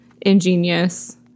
Ingenious